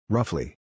Roughly